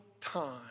time